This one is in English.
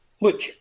look